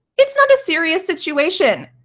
it's not a serious situation.